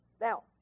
Now